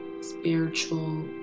spiritual